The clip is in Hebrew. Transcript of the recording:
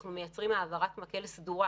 אנחנו מייצרים העברת מקל סדורה